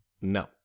No